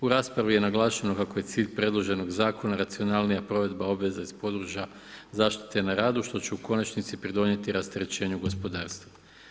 U raspravi je naglašeno kako je cilj predloženog zakona racionalnija provedba obveza iz područja zaštite na radu, što će u konačnici pridonijeti rasterećenju gospodarstva.